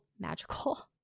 magical